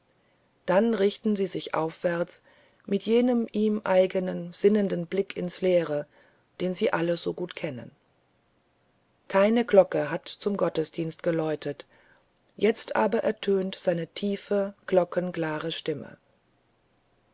dann richten sie sich aufwärts mit jenem ihm eigenen sinnenden blick ins leere den sie alle so gut kennen keine glocke hat zum gottesdienst geläutet jetzt aber ertönt seine tiefe glockenklare stimme